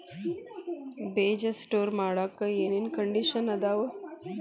ಬೇಜ ಸ್ಟೋರ್ ಮಾಡಾಕ್ ಏನೇನ್ ಕಂಡಿಷನ್ ಅದಾವ?